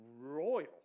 royal